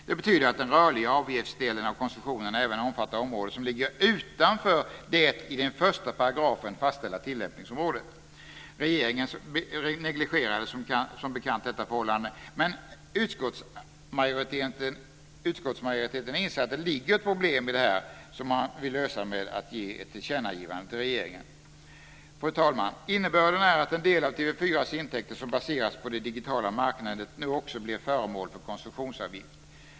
Det betyder att den rörliga avgiftsdelen av koncessionen även omfattar områden som ligger utanför det i 1 § fastställda tillämpningsområdet. Regeringen negligerar som bekant detta förhållande, men utskottsmajoriteten inser att det ligger ett problem i det här. Det vill man lösa genom att ge ett tillkännagivande till regeringen. Fru talman! Innebörden är att den del av TV 4:s intäkter som baseras på det digitala marknätet nu också blir föremål för koncessionsavgift.